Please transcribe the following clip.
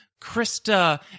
Krista